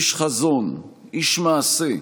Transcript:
איש חזון, איש מעשה,